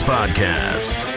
Podcast